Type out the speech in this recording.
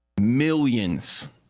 millions